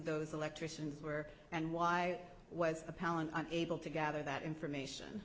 those electricians were and why was appellant able to gather that information